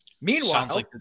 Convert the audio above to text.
Meanwhile